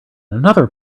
another